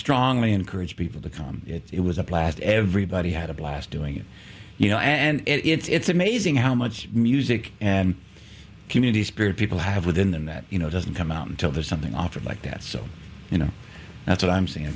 strongly encourage people to come it was a blast everybody had a blast doing it you know and it's amazing how much music and community spirit people have within them that you know doesn't come out until there's something offered like that so you know that's what i'm saying